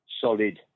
solid